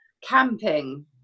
camping